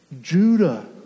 Judah